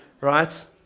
right